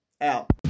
out